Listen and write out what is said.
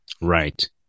Right